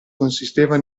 consisteva